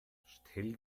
stell